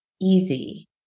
easy